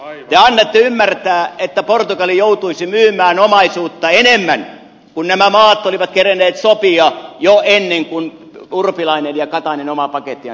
te annatte ymmärtää että portugali joutuisi myymään omaisuutta enemmän kuin nämä maat olivat kerenneet sopia jo ennen kuin urpilainen ja katainen omaa pakettiansa päättivät